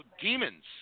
demons